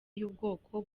y’ubwoko